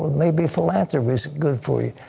maybe philanthropy is good for you.